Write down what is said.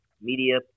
Media